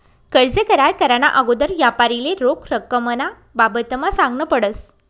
कर्ज करार कराना आगोदर यापारीले रोख रकमना बाबतमा सांगनं पडस